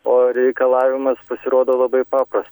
o reikalavimas pasirodo labai papras